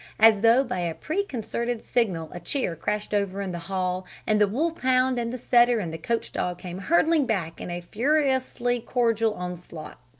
as though by a preconcerted signal a chair crashed over in the hall and the wolf hound and the setter and the coach dog came hurtling back in a furiously cordial onslaught.